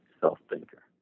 self-thinker